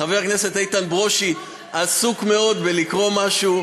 חבר הכנסת איתן ברושי עסוק מאוד בלקרוא משהו.